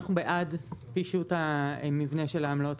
אנחנו בעד פישוט המבנה של העמלות,